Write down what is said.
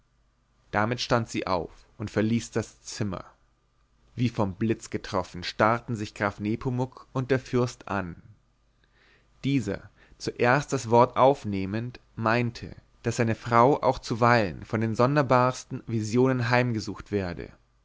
damit stand sie auf und verließ das zimmer wie vom blitz getroffen starrten sich graf nepomuk und der fürst an dieser zuerst das wort aufnehmend meinte daß seine frau auch zuweilen von den sonderbarsten visionen heimgesucht werde